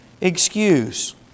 excuse